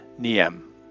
Niem